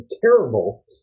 terrible